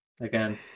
again